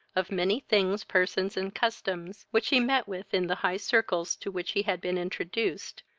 of many things, persons, and customs, which he met with in the high circles to which he had been introduced,